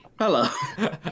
Hello